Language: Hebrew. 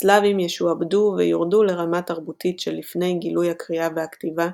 הסלאבים ישועבדו ויורדו לרמה תרבותית שלפני גילוי הקריאה והכתיבה,